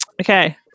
okay